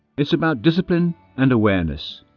it's about discipline and awareness.